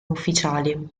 ufficiali